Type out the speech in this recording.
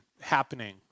happening